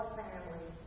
family